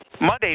Monday